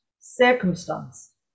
circumstance